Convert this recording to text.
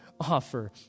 offer